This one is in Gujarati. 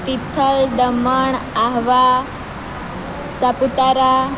તિથલ દમણ આહવા સાપુતારા